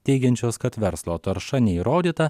teigiančios kad verslo tarša neįrodyta